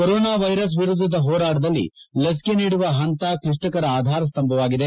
corona virus ವಿರುದ್ಧದ ಹೋರಾಟದಲ್ಲಿ ಲಸಿಕೆ ನೀಡುವ ಪಂತ ಕ್ಲಿಷ್ಟಕರ ಆಧಾರ ಸ್ತಂಭವಾಗಿದೆ